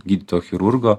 gydytojo chirurgo